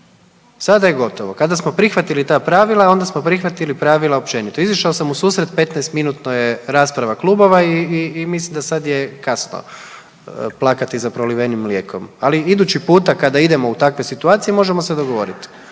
Sada je gotovo. Kada smo prihvatili ta pravila, onda smo prihvatili pravila općenito. Izišao sam u susret 15-minutna je rasprava klubova i mislim da sad je kasno plakati za prolivenim mlijekom. Ali idući puta kada idemo u takve situacije, možemo se dogovoriti,